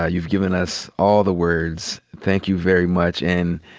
ah you've given us all the words. thank you very much. and,